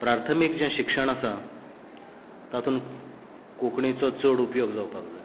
प्राथमिक जे शिक्षण आसा तातूंत कोंकणीचो चड उपयोग जावपाक जाय